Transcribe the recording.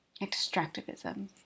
extractivism